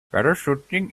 parachuting